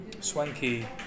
Swanky